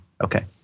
Okay